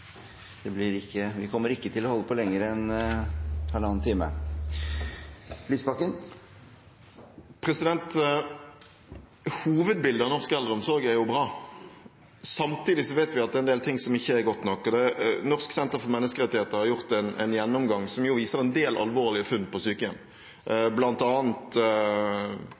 Vi kommer ikke til å holde på lenger enn halvannen time. Hovedbildet av norsk eldreomsorg er jo bra. Samtidig vet vi at det er en del ting som ikke er godt nok, og Norsk senter for menneskerettigheter har gjort en gjennomgang som viser en del alvorlige funn på sykehjem,